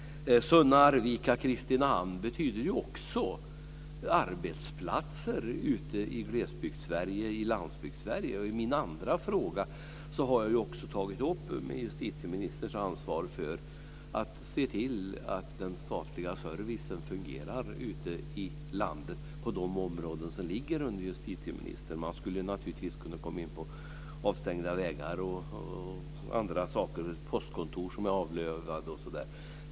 Sunne-Arvika-Kristinehamn betyder också arbetsplatser ute i Glesbygdssverige och i Landsbygdssverige. I min andra fråga har jag tagit upp justitieministerns ansvar för att se till att den statliga servicen fungerar ute i landet på de områden som ligger under justitieministern. Man skulle naturligtvis också kunna komma in på avstängda vägar och andra saker - postkontor som är avlövade m.m.